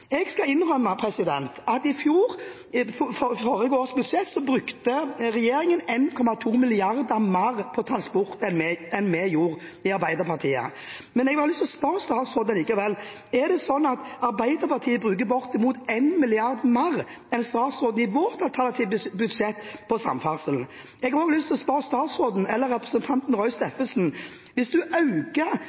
Jeg skal innrømme at i fjor, i forbindelse med forrige års budsjett, brukte regjeringen 1,2 mrd. kr mer på transport enn vi i Arbeiderpartiet gjorde. Men jeg har likevel lyst til å spørre statsråden: Er det ikke sånn at Arbeiderpartiet bruker bortimot 1 mrd. kr mer enn statsråden på samferdsel i sitt alternative budsjett? Jeg har også lyst til å spørre statsråden, eller representanten Roy Steffensen: Hvis